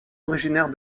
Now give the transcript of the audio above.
originaire